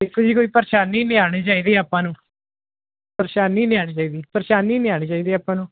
ਦੇਖੋ ਜੀ ਕੋਈ ਪਰੇਸ਼ਾਨੀ ਨਹੀਂ ਆਉਣੀ ਚਾਹੀਦੀ ਆਪਾਂ ਨੂੰ ਪਰੇਸ਼ਾਨੀ ਨਹੀਂ ਆਉਣੀ ਚਾਹੀਦੀ ਪਰੇਸ਼ਾਨੀ ਨਹੀਂ ਆਉਣੀ ਚਾਹੀਦੀ ਆਪਾਂ ਨੂੰ